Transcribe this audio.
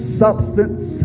substance